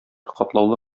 катлаулы